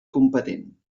competent